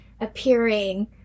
appearing